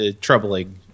Troubling